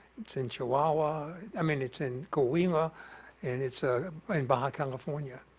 it's in chihuahua. i i mean, it's in colima and it's ah in baja california.